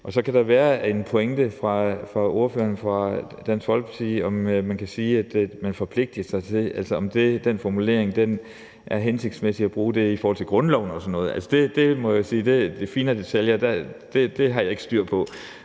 Så kan der være en pointe fra ordføreren fra Dansk Folkepartis side i, om man kan sige, at man forpligter sig til det, altså om den formulering er hensigtsmæssig at bruge i forhold til grundloven og sådan noget. Og der må jeg sige, at de finere detaljer har jeg ikke styr på.